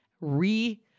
re